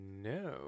No